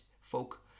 folk